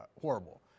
horrible